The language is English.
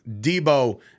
Debo